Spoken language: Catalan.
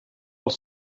als